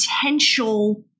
potential